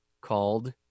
called